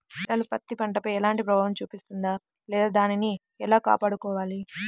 వర్షాలు పత్తి పంటపై ఎలాంటి ప్రభావం చూపిస్తుంద లేదా దానిని ఎలా కాపాడుకోవాలి?